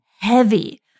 heavy